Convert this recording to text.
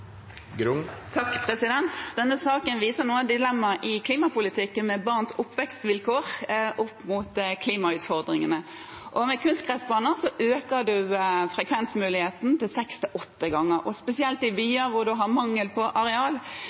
Denne saken viser noen av dilemmaene i klimapolitikken, med barns oppvekstsvilkår opp mot klimautfordringene. Med kunstgressbaner øker man frekvensmuligheten seks til åtte ganger. Spesielt i byer hvor man har mangel på areal,